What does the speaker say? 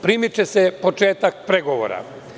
Primiče se početak pregovora.